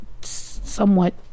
somewhat